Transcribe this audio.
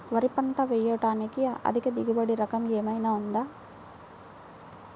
వరి పంట వేయటానికి అధిక దిగుబడి రకం ఏమయినా ఉందా?